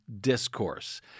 discourse